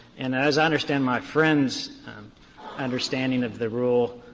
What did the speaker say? and as i understand my friend's understanding of the rule,